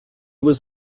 was